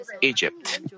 Egypt